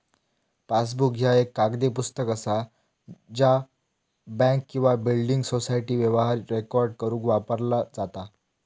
passbook ह्या एक कागदी पुस्तक असा ज्या बँक किंवा बिल्डिंग सोसायटी व्यवहार रेकॉर्ड करुक वापरला जाता